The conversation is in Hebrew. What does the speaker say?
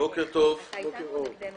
בוקר טוב, אני